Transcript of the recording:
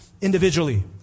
individually